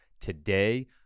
today